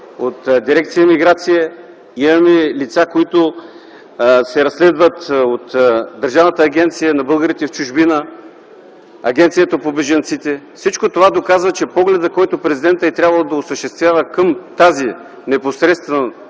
от дирекция „Миграция”; имаме лица, които се разследват от Държавната агенция за българите в чужбина, Агенцията за бежанците. Всичко това доказва, че погледът, който президентът е трябвало да осъществява, това непосредствено